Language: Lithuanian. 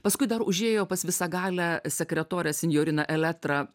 paskui dar užėjo pas visagalę sekretorę sinjoriną elektrą